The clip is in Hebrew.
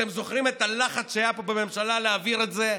אתם זוכרים את הלחץ שהיה פה בממשלה להעביר את זה?